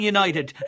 United